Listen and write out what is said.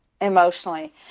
Emotionally